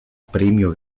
premio